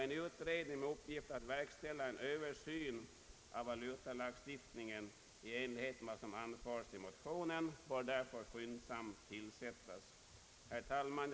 En utredning med uppgift att verkställa en översyn av valutalagstiftningen i enlighet med vad som anförts i motionerna bör därför skyndsamt tillsättas. Herr talman!